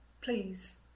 Please